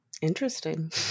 Interesting